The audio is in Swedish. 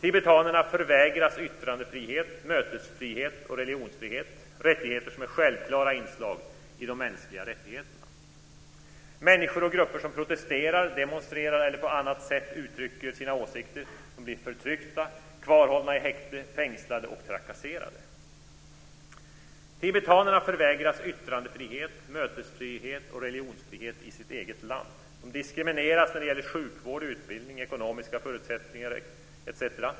Tibetanerna förvägras yttrandefrihet, mötesfrihet och religionsfrihet - rättigheter som är självklara inslag i de mänskliga rättigheterna. Människor och grupper som protesterar, demonstrerar eller på annat sätt uttrycker sina åsikter blir förtryckta, kvarhållna i häkte, fängslade och trakasserade. Tibetanerna förvägras alltså yttrandefrihet, mötesfrihet och religionsfrihet i sitt eget land.